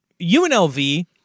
UNLV